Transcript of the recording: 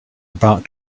about